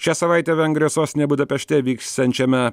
šią savaitę vengrijos sostinėje budapešte vyksiančiame